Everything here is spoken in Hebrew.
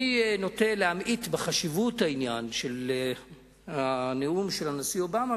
אני נוטה להמעיט בחשיבות העניין של הנאום של הנשיא אובמה,